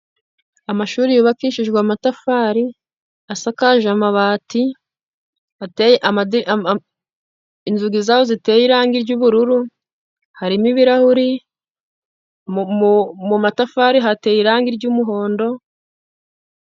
Amashuri yubakishijwe amatafari asakaje amabati, inzugi zaho ziteye irangi ry'ubururu, harimo ibirahuri mu matafari hateye irangi ry'umuhondo.